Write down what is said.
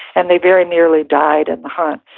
and they very nearly died in the hunt.